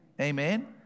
Amen